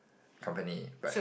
company but